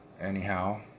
anyhow